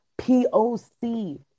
POC